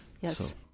Yes